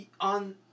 on